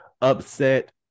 upset